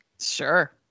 Sure